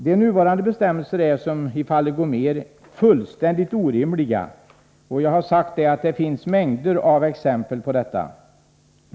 De nuvarande bestämmelserna är, som visats i fallet Gomér, fullkomligt orimliga. Som jag har sagt finns det mängder av exempel på detta.